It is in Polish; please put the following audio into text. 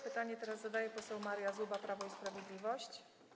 Pytanie zadaje poseł Maria Zuba, Prawo i Sprawiedliwość.